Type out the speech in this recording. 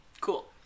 Cool